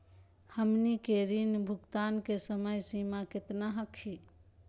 हमनी के ऋण भुगतान के समय सीमा केतना हखिन?